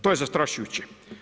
To je zastrašujuće.